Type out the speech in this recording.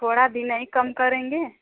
थोड़ा भी नहीं कम करेंगे